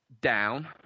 down